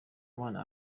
mana